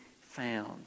found